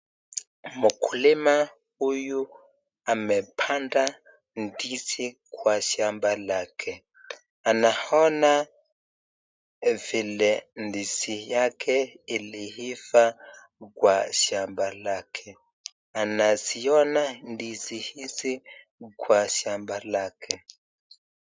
Mkulima huyu amepanda ndizi kwa shamba lake anaona vile ndizi yake iliiva kwa shamba lake, anaziona ndizi hizi kwa shamba lake.